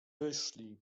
wyszli